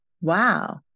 Wow